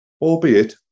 albeit